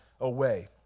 away